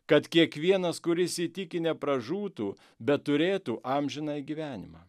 kad kiekvienas kuris įtiki nepražūtų bet turėtų amžinąjį gyvenimą